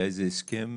היה איזה הסכם